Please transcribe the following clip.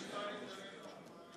אני חייב להזכיר את התקנון,